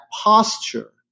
posture